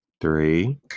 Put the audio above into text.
Three